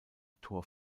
tor